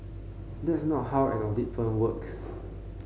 that's not how an audit firm works